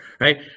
right